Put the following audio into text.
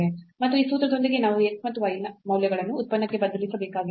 ಮತ್ತು ಈ ಸೂತ್ರದೊಂದಿಗೆ ನಾವು ಈ x ಮತ್ತು y ಮೌಲ್ಯಗಳನ್ನು ಉತ್ಪನ್ನಕ್ಕೆ ಬದಲಿಸಬೇಕಾಗಿಲ್ಲ